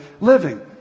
living